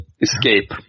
escape